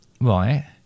Right